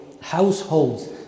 households